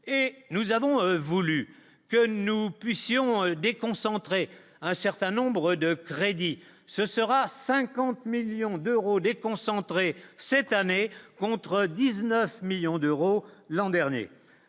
et nous avons voulu que nous puissions déconcentrer un certain nombre de crédits, ce sera à 50 millions d'euros déconcentré, cette année, contre 19 millions d'euros l'an dernier